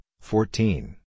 fourteen